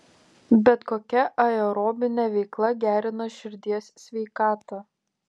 bet kokia aerobinė veikla gerina širdies sveikatą